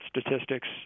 statistics